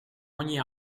ogni